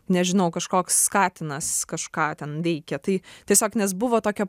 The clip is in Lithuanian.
nežinau kažkoks katinas kažką ten veikia tai tiesiog nes buvo tokio